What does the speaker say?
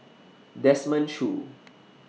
Desmond Choo